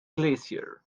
glacier